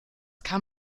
kann